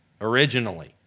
Originally